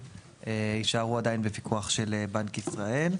יישארו עדיין בפיקוח של בנק ישראל.